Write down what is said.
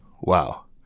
Wow